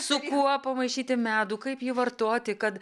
su kuo pamaišyti medų kaip jį vartoti kad